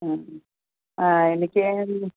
ആ ആ എനിക്ക്